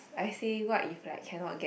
I say what if like cannot get in